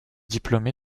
diplômée